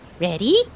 Ready